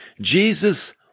Jesus